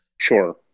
sure